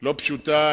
לא פשוטה,